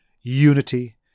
unity